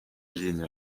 ligne